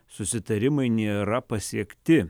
susitarimai nėra pasiekti